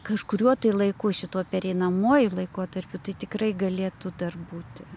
kažkuriuo tai laiku šituo pereinamuoju laikotarpiu tai tikrai galėtų būti